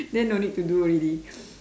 then no need to do already